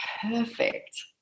perfect